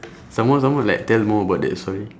some more some more like tell more about that story